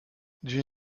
d’une